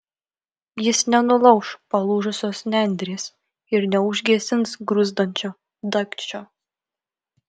jis nenulauš palūžusios nendrės ir neužgesins gruzdančio dagčio